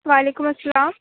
وعلیکم السّلام